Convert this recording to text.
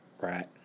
right